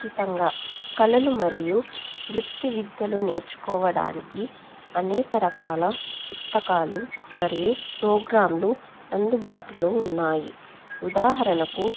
ఖచ్చితంగా కళలు మరియు వృత్తి విద్యలు నేర్చుకోవడానికి అనేక రకాల పుస్తకాలు మరియు ప్రోగ్రాంలు అందుబాటులో ఉన్నాయి ఉదాహరణకు